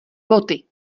boty